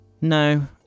No